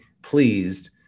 pleased